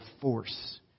force